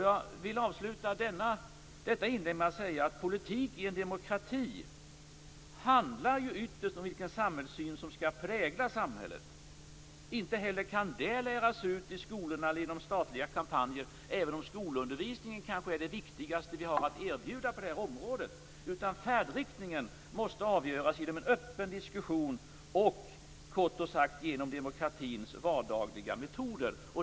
Jag vill avsluta detta inlägg med att säga att politik i en demokrati handlar ytterst om vilken samhällssyn som skall prägla samhället. Inte heller kan det läras ut i skolorna eller genom statliga kampanjer, även om skolundervisningen kanske är det viktigaste vi har att erbjuda på det här området, utan färdriktningen måste avgöras genom en öppen diskussion och kort sagt genom demokratins vardagliga metoder.